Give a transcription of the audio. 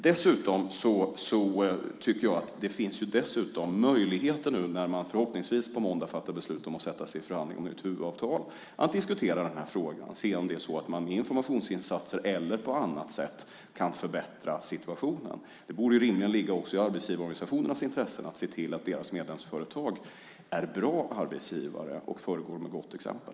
Dessutom tycker jag att det finns möjligheter, nu när man förhoppningsvis på måndag fattar beslut om att sätta sig ned i förhandling om huvudavtal, att diskutera de här frågorna och se om vi med informationsinsatser eller på annat sätt kan förbättra situationen. Det borde rimligen ligga också i arbetsgivarorganisationernas intressen att se till att deras medlemsföretag är bra arbetsgivare och föregår med gott exempel.